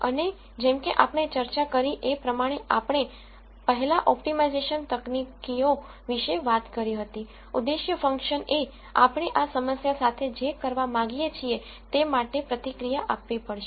અને જેમકે આપણે ચર્ચા કરી એ પ્રમાણે આપણે પહેલાં ઓપ્ટિમાઇઝેશન તકનીકીઓ વિશે વાત કરી હતી ઉદ્દેશ્ય ફંક્શન એ આપણે આ સમસ્યા સાથે જે કરવા માંગીએ છીએ તે માટે પ્રતિક્રિયા આપવી પડશે